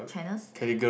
channels